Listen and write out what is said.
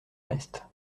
reste